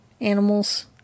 animals